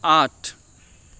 आठ